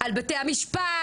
על בתי המשפט,